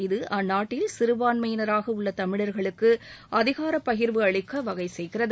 இது அந்நாட்டில் சிறுபான்மையினராக உள்ள தமிழர்களுக்கு அதிகாரப்பகிர்வு அளிக்க வகை செய்கிறது